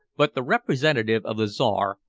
but the representative of the czar,